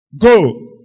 Go